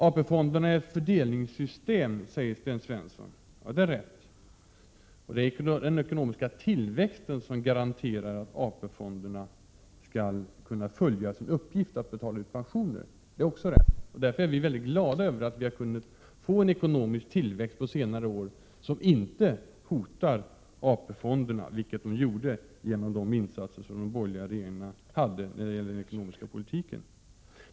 AP-fonderna är ett fördelningssystem, säger Sten Svensson. Det är riktigt. Det är den ekonomiska tillväxten som garanterar att AP-fonderna skall kunna fylla sin uppgift att betala ut pensioner. Det är också rätt. Därför är vi väldigt glada över att vi har haft sådan ekonomisk tillväxt under senare år som inte hotar AP-fonderna, vilket var fallet genom de ”insatser” som de borgerliga regeringarna gjorde inom den ekonomiska politiken.